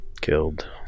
killed